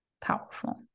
powerful